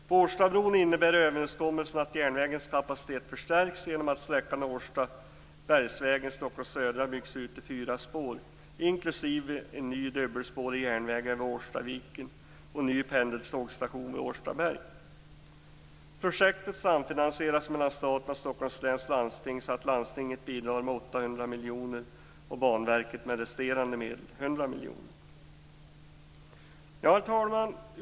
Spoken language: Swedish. För Årstabron innebär överenskommelsen att järnvägens kapacitet förstärks genom att sträckan Projektet samfinansieras mellan staten och Stockholms läns landsting så att Landstinget bidrar med Herr talman!